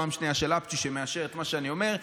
פעם שנייה של אפצ'י שמאשר את מה שאני אומר,